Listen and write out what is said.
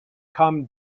come